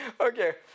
Okay